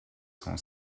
son